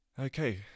Okay